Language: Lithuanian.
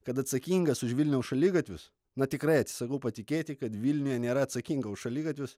kad atsakingas už vilniaus šaligatvius na tikrai atsisakau patikėti kad vilniuje nėra atsakingo už šaligatvius